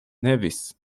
nevis